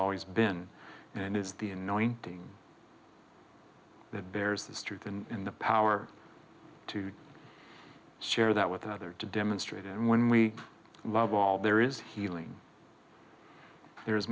always been and is the annoying thing that bears this truth in the power to share that with another to demonstrate and when we love all there is healing there